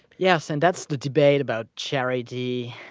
yes. and that's the debate about charity.